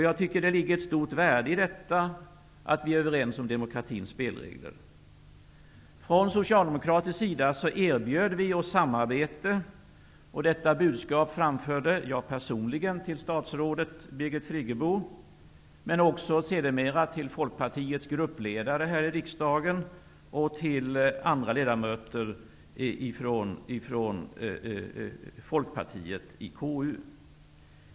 Jag tycker att det ligger ett stort värde i att vi är överens om demokratins spelregler. Från socialdemokratisk sida erbjöd vi oss samarbete. Detta budskap framförde jag personligen till statsrådet Birgit Friggebo men också sedermera till Folkpartiets gruppledare här i riksdagen och till andra ledamöter från Folkpartiet i konstitutionsutskottet.